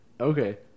Okay